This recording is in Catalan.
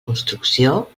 construcció